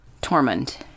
Torment